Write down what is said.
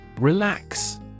Relax